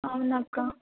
అవునక్కా